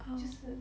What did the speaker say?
就是